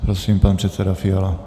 Prosím, pan předseda Fiala.